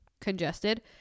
congested